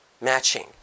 matching